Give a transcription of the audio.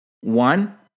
One